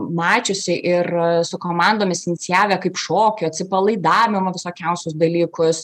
mačiusi ir su komandomis inicijavę kaip šokio atsipalaidavimo visokiausius dalykus